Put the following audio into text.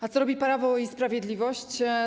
A co robi Prawo i Sprawiedliwość?